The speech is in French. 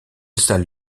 salle